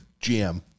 GM